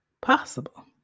possible